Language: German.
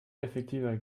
effektiver